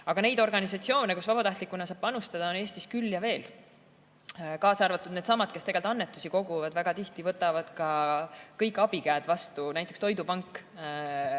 Aga neid organisatsioone, kus vabatahtlikuna saab panustada, on Eestis küll ja veel. Kaasa arvatud needsamad, kes annetusi koguvad, väga tihti võtavad ka kõik abikäed vastu. Toidupank